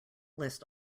list